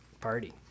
party